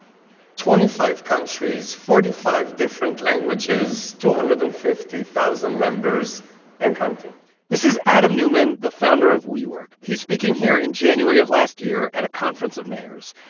twenty five countries, forty five different languages, two hundred and fifty thousand members and counting this is adam neumann, the founder of wework. he's speaking here in january of last year at a conference of mayors.